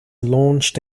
launched